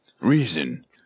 Reason